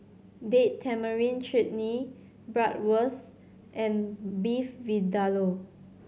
Date Tamarind Chutney Bratwurst and Beef Vindaloo